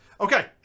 okay